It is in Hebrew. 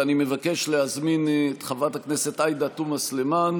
ואני מבקש להזמין את חברת הכנסת עאידה תומא סלימאן